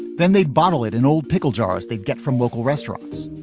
then they'd bottle it in old pickle jars they'd get from local restaurants.